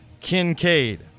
Kincaid